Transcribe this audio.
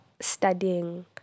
studying